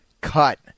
cut